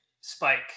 spike